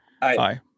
Bye